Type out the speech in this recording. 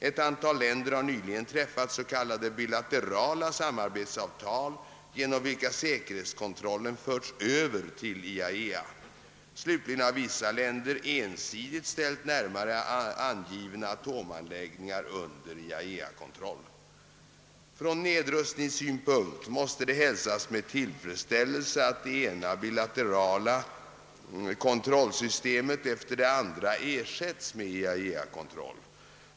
Ett antal länder har nyligen träffat s.k. bilaterala samarbetsavtal genom vilka säkerhetskontrollen förts över till IAEA. Slutligen har vissa länder ensidigt ställt närmare angivna atomanläggningar under IAEA :s kontroll. Från nedrustningssynpunkt måste det hälsas med tillfredsställelse att det ena bilaterala kontrollsystemet efter det andra ersätts med IAEA-kontroll.